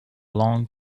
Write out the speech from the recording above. long